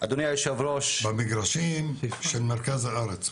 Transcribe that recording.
במגרשים של מרכז הארץ.